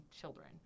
children